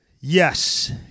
Yes